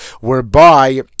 whereby